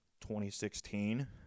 2016